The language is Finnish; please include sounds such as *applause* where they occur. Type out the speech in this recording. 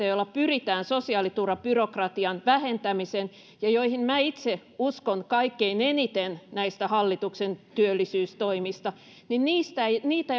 *unintelligible* joilla pyritään sosiaaliturvabyrokratian vähentämiseen ja joihin minä itse uskon kaikkein eniten näistä hallituksen työllisyystoimista niin niitä *unintelligible*